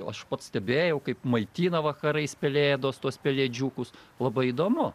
aš pats stebėjau kaip maitina vakarais pelėdos tuos pelėdžiukus labai įdomu